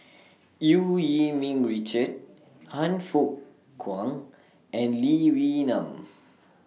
EU Yee Ming Richard Han Fook Kwang and Lee Wee Nam